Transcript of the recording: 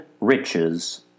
riches